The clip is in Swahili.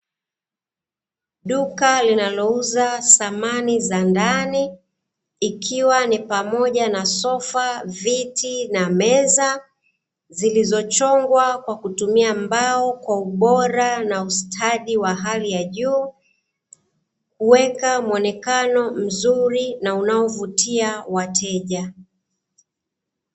Duka linalouza samani za ndani ikiwa ni pamoja na sofa, viti na meza, zilizochongwa kwa kutumia mbao kwa ubora na ustadi wa hali ya juu, kuweka muonekano mzuri na unaovutia wateja.